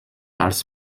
als